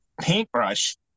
paintbrush